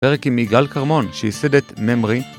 פרק עם יגאל כרמון שייסד את MEMRI